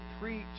preach